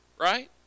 Right